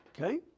Okay